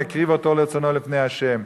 יקריב אותו לרצֹנו לפני ה'".